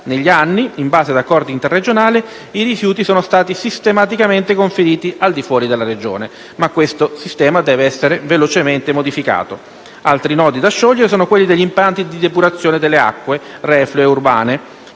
negli anni, in base ad accordi interregionali, i rifiuti sono stati sistematicamente conferiti al di fuori della regione. Ma questo sistema deve essere velocemente modificato. Altri nodi da sciogliere sono quelli degli impianti di depurazione delle acque reflue urbane